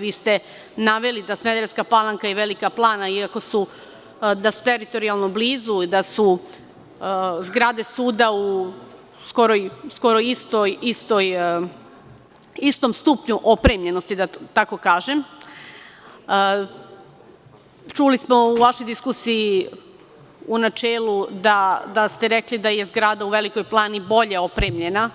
Vi ste naveli da Smederevska Palanka i Velika Plana iako su teritorijalno blizu da su zgrade suda skoro u istom stupnju opremljenosti, da tako kažem, čuli smo u vašoj diskusiji u načelu, da ste rekli da je zgrada u Velikoj Plani bolje opremljena,